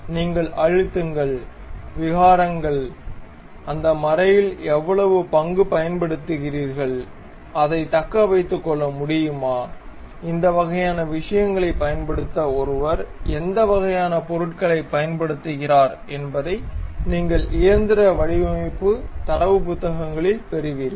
நீங்கள் அழுத்தங்கள் விகாரங்கள் அந்த மறையில் எவ்வளவு பங்கு பயன்படுத்துகிறீர்கள் அதைத் தக்க வைத்துக் கொள்ள முடியுமா இந்த வகையான விஷயங்களைப் பயன்படுத்த ஒருவர் எந்த வகையான பொருட்களைப் பயன்படுத்துகிறார் என்பதை நீங்கள் இயந்திர வடிவமைப்பு தரவு புத்தகங்களில் பெறுவீர்கள்